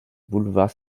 boulevard